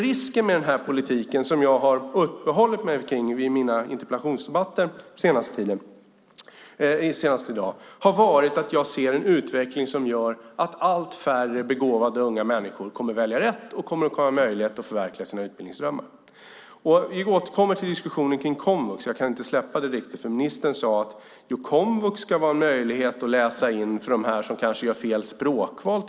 Risken med den här politiken som jag har uppehållit mig vid i mina interpellationsdebatter i dag är en utveckling som gör att allt färre begåvade unga människor kommer att välja rätt och få möjlighet att förverkliga sina utbildningsdrömmar. Vi återkommer till diskussionen om komvux. Jag kan inte släppa det riktigt. Ministern sade att komvux ska vara en möjlighet att läsa in för dem som kanske gör fel språkval.